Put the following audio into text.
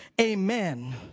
amen